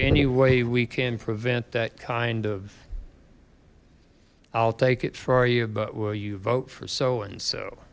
any way we can prevent that kind of i'll take it for you but will you vote for so and so